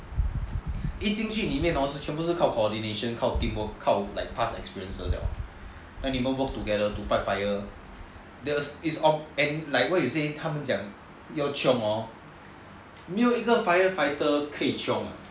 一进去里面 hor 全部都是靠 coordination 靠 teamwork 靠 past experiences then 你们 work together to fight fire it's like what you say 他们讲要 chiong hor 没有一个 firefighter 可以 chiong 的